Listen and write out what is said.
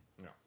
No